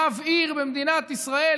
רב עיר במדינת ישראל,